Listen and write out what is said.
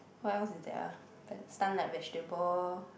what else is there ah stun like vegetable